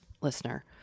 listener